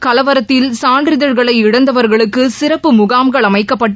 கலவரத்தில் சான்றிதழ்களை இழந்தவா்களுக்குசிறப்பு முகாம்கள் அமைக்கப்பட்டு